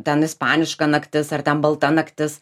ten ispaniška naktis ar ten balta naktis